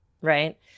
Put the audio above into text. right